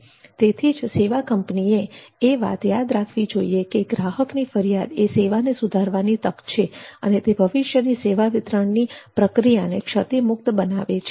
તેથી જ સેવા કંપનીએ એ વાત યાદ રાખવી જોઈએ કે ગ્રાહકની ફરિયાદ એ સેવાને સુધારવાની તક છે અને તે ભવિષ્યની સેવા વિતરણની પ્રક્રિયાને ક્ષતિમુક્ત બનાવે છે